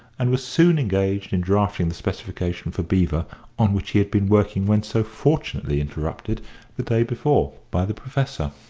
and was soon engaged in drafting the specification for beevor on which he had been working when so fortunately interrupted the day before by the professor.